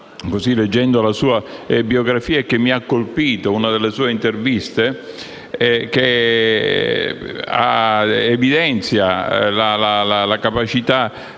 leggendo la sua biografia e che mi ha colpito, una delle sue interviste, che evidenzia la sua capacità